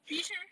fish leh